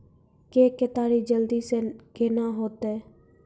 के केताड़ी जल्दी से के ना होते?